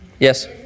Yes